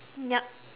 yup